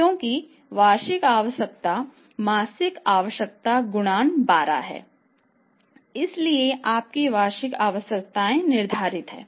क्योंकि वार्षिक आवश्यकता मासिक आवश्यकता गुणा 12 है इसलिए आपकी वार्षिक आवश्यकता निर्धारित है